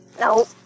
no